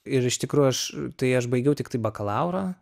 ir iš tikrųjų aš tai aš baigiau tiktai bakalaurą